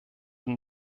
den